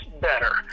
better